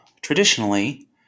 traditionally